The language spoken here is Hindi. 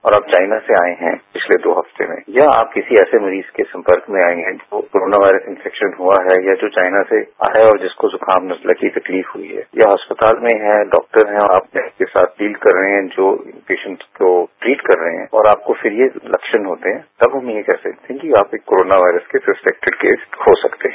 और आप चाईना से आये हैं पिछले दो हफ्तों में या आप ऐसे किसी मरीज के संपर्क में आये हैं जो कोरोना वॉयरस के इन्फेक्शन हुआ है या तो चाईना से आया हो और जिसको जुकाम नजला की तकलीफ हुई हो या अस्पताल में हैं डॉक्टर हैं आप उनके साथ डील कर रहे हैं जो पेशेंट को ट्रीट कर रहे हैं और आपको फिर ये लक्षण होते हैं तब हम यह कह सकते हैं कि आप एक कोरोना वॉयरस के सस्पेक्टड केस के हो सकते हैं